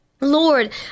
Lord